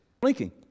Blinking